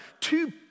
two